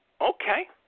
Okay